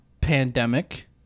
pandemic